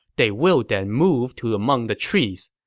they will then move to among the trees.